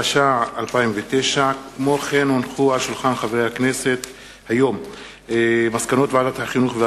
התש"ע 2009. מסקנות ועדת החינוך,